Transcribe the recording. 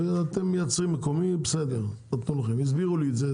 אתם מייצרים מקומיים, הסבירו לי את זה.